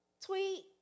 tweet